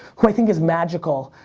who i think is magical.